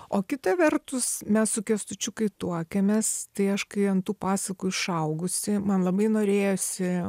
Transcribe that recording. o kita vertus mes su kęstučiu kai tuokėmės tai aš kai ant tų pasakų išaugusi man labai norėjosi